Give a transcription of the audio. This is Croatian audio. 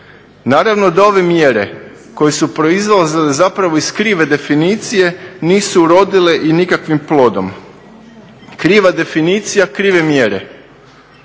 Naravno da ove mjere koje proizlaze iz krive definicije nisu urodile nikakvim plodom. Kriva definicija, krive mjere.